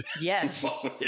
Yes